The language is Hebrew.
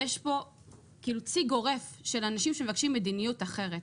יש פה צי גורף של אנשים שמבקשים מדיניות אחרת,